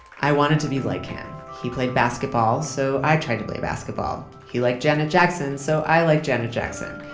i wanted to be like him. he played basketball, so i tried to play basketball. he liked janet jackson, so i liked janet jackson.